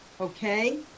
Okay